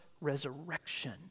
resurrection